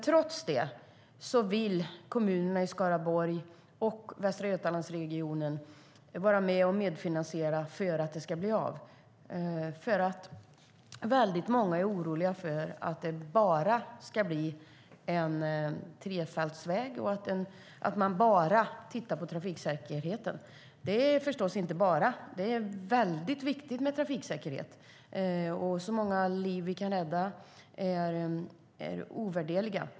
Trots det vill kommunerna i Skaraborg och Västra Götalandsregionen vara med och medfinansiera för att det ska bli av. Många är nämligen oroliga för att det bara ska bli en trefältsväg och att man bara tittar på trafiksäkerheten. Det är förstås inte bara. Det är väldigt viktigt med trafiksäkerhet, och alla liv vi kan rädda är ovärderliga.